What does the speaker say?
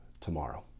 tomorrow